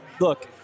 look